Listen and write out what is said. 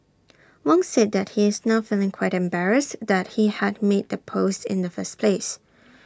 Wong said that he is now feeling quite embarrassed that he had made the post in the first place